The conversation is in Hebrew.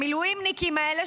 המילואימניקים האלה,